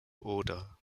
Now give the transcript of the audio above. order